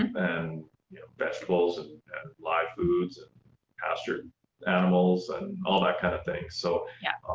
and you know vegetables, and live foods, and pastured animals and all that kind of things, so. yeah,